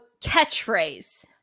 catchphrase